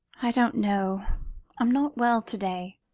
i don't know i'm not well to-day.